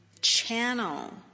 channel